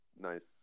Nice